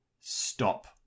stop